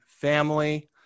family